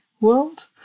world